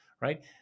right